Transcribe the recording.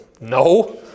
No